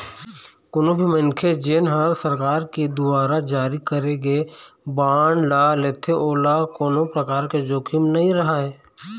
कोनो भी मनखे जेन ह सरकार के दुवारा जारी करे गे बांड ल लेथे ओला कोनो परकार के जोखिम नइ रहय